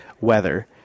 weather